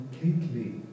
completely